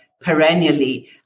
perennially